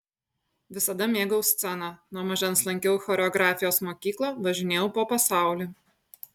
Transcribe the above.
visada mėgau sceną nuo mažens lankiau choreografijos mokyklą važinėjau po pasaulį